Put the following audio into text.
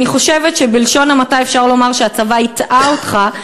אני חושבת שאפשר לומר שהצבא הטעה אותך,